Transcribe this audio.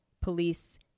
police